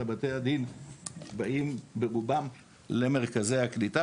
אלא בתי הדין באים ברובם למרכזי הקליטה,